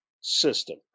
system